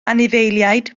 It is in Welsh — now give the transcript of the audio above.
anifeiliaid